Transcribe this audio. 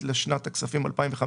(תיקוני חקיקה להשגת יעדי התקציב לשנות התקציב 2021 ו-2022),